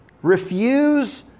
refuse